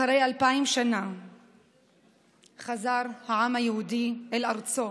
אחרי אלפיים שנה חזר העם היהודי אל ארצו.